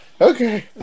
Okay